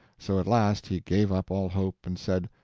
so at last he gave up all hope, and said,